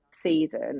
season